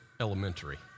Elementary